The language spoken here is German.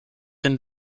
den